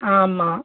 ஆமாம்